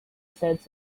said